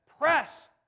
Press